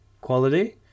quality